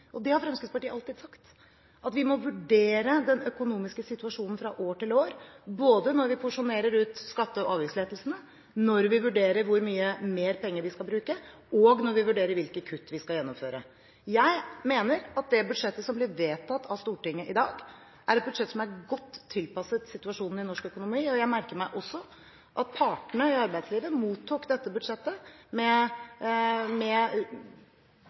den økonomiske situasjonen. Fremskrittspartiet har alltid sagt at vi må vurdere den økonomiske situasjonen fra år til år, både når vi porsjonerer ut skatte- og avgiftslettelsene, når vi vurderer hvor mye mer penger vi skal bruke og når vi vurderer hvilke kutt vi skal gjennomføre. Jeg mener at det budsjettet som blir vedtatt av Stortinget i dag, er et budsjett som er godt tilpasset situasjonen i norsk økonomi. Jeg merker meg også at partene i arbeidslivet mottok dette budsjettet med betydelig grad av lettelse. De var fornøyd med